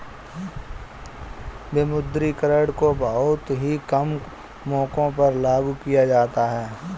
विमुद्रीकरण को बहुत ही कम मौकों पर लागू किया जाता है